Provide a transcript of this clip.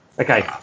okay